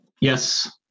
Yes